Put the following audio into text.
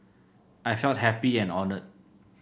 I felt happy and honoured